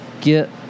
Get